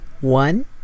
One